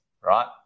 right